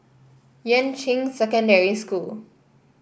Yuan Ching Secondary School